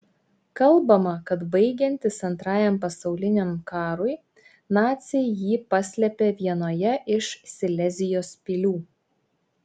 kalbama kad baigiantis antrajam pasauliniam karui naciai jį paslėpė vienoje iš silezijos pilių